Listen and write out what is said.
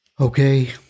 Okay